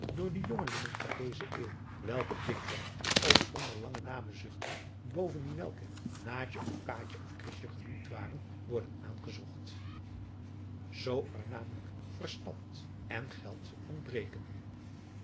door de jongelingen van deze eeuw welke dikwerf ook onder lange namen zuchten boven die welke naatje of kaatje of krisje genoemd waren worden aangezocht adriaan loosjes pzn het leven van johannes wouter blommesteyn zoo er namelijk verstand en geld ontbreken